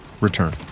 return